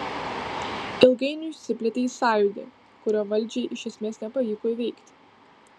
ilgainiui išsiplėtė į sąjūdį kurio valdžiai iš esmės nepavyko įveikti